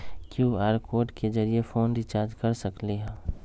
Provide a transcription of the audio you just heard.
QR code के जरिय phone recharge कर सकली ह?